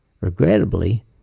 Regrettably